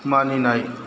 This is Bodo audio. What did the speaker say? मानिनाय